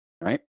right